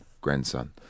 grandson